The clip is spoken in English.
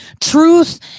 Truth